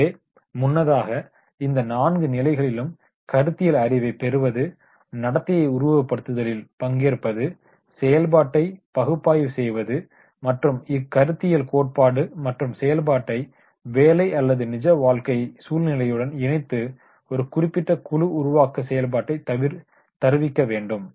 எனவே முன்னதாகவே இந்த நான்கு நிலைகளிலும் கருத்தியல் அறிவைப் பெறுவது நடத்தையை உருவகப்படுத்துதலில் பங்கேற்பது செயல்பாட்டை பகுப்பாய்வு செய்வது மற்றும் இக்கருத்தியல் கோட்பாடு மற்றும் செயல்பாட்டை பணியறிவு அல்லது நிஜ வாழ்க்கை சூழ்நிலையுடன் இனைத்து ஒரு குறிப்பிட்ட குழு உருவாக்க செயல்பாட்டை தருவிக்க வேண்டும்